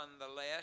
nonetheless